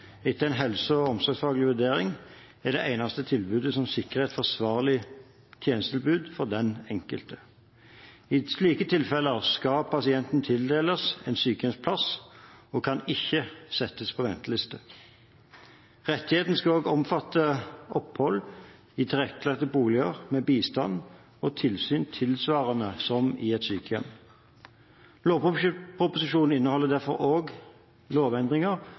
etter en helse- og omsorgsfaglig vurdering er det eneste tilbudet som sikrer et forsvarlig tjenestetilbud for den enkelte. I slike tilfeller skal pasienten tildeles en sykehjemsplass og kan ikke settes på venteliste. Rettigheten skal også omfatte opphold i tilrettelagte boliger med bistand og tilsyn tilsvarende som i et sykehjem. Lovproposisjonen inneholder derfor også lovendringer